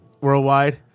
worldwide